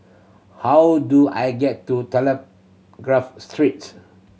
how do I get to Telegraph Street